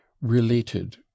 related